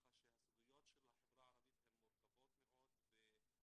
כך שהסוגיות של החברה הערבית הן מורכבות מאוד והצרכים,